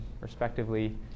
respectively